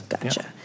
Gotcha